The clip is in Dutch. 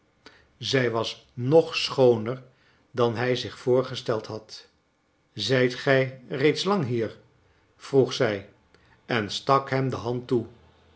zij was nog schooner dan hij zich voorgesteld had zijt gij reeds lang hier vroeg zij en stak hem de hand toe